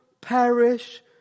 perish